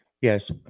Yes